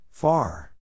Far